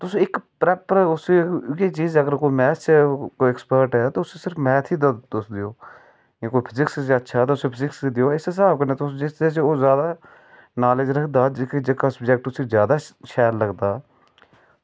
तुस इक्क प्रॉपर चीज़ गै अगर कोई मैथ च एक्सपर्ट ऐ ते उसी मैथ ई दसदे ओ जियां कोई फिजीक्स च अच्छा उसी फिजीक्स गै देओ तुस अपने स्हाब कन्नै जिस च तुस जादा नॉलेज़ रखदा जेह्का सब्जैक्ट शैल लगदा